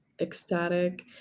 ecstatic